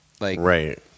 Right